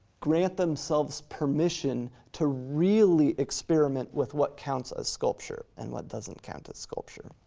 grant themselves permission to really experiment with what counts as sculpture and what doesn't count as sculpture.